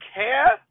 care